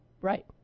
Right